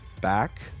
back